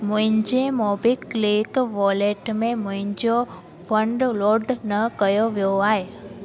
मुंहिंजे MobiKwik wallet में मुंहिंजो फंड लोड न कयो वियो आहे